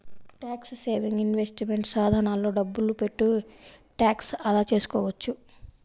tax saving investment సాధనాల్లో డబ్బులు పెట్టి ట్యాక్స్ ఆదా చేసుకోవచ్చు